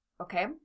okay